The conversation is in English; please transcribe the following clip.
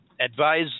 advise